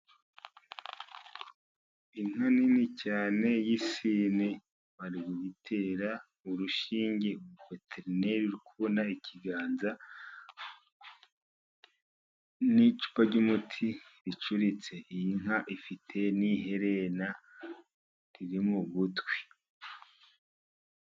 Inka nini cyane y'isine bari kuyitera urushinge veterineri uri kubona ikiganza n'icupa ry'umuti ricuritse, iyi nka ifite n'iherena riri mu gutwi.